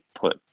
put